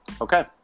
Okay